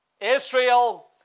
Israel